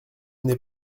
n’est